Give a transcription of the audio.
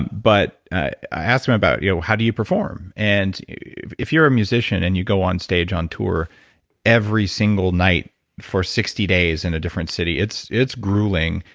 but i asked him about, you know how do you perform? and if you're a musician and you go on stage on tour every single night for sixty days in a different city, it's grueling, grueling,